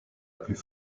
plus